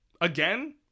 again